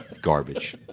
garbage